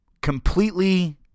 Completely